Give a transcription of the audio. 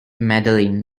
madeline